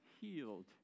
healed